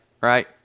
right